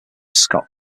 scott